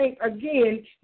Again